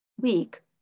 week